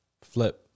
flip